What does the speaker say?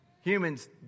humans